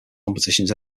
competitions